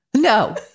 No